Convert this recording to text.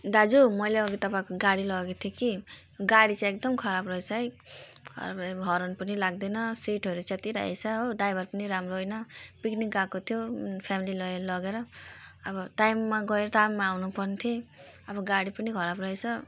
दाजु मैले अघि तपाईँको गाडी लगेको थिएँ कि गाडी चाहिँ एकदम खराब रहेछ है हर्न पनि लाग्दैन सिटहरू च्यात्तिरहेको छ हो ड्राइभर पनि राम्रो होइन पिक्निक गएको थियौँ फ्यामिली लिएर लगेर अब टाइममा गएर टाइममा आउनुपर्ने थियो अब गाडी पनि खराब रहेछ